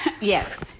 Yes